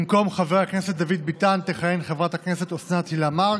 במקום חבר הכנסת דוד ביטן תכהן חברת הכנסת אוסנת הילה מארק,